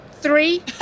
three